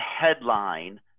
headline